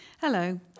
Hello